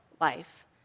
life